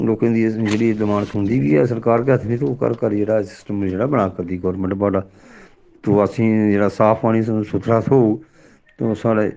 लोकें दी एह् जेह्ड़ी डमांड सुनदी बी ऐ सरकार केह् आखदे नी ते ओह् घर घर जेह्ड़ा सिस्टम जेह्ड़ा बनाऽ करदी गौरमैंट बड़ा तो असें जेह्ड़ा साफ पानी सुथरा थ्होग तो ओह् साढ़े